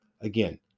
again